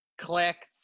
clicked